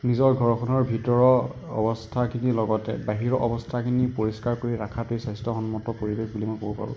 নিজৰ ঘৰখনৰ ভিতৰৰ অৱস্থাখিনিৰ লগতে বাহিৰৰ অৱস্থাখিনি পৰিস্কাৰ কৰি ৰখাটোৱেই স্বাস্থ্য়সন্মত পৰিৱেশ বুলি মই ক'ব পাৰোঁ